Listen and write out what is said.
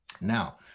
Now